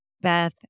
Beth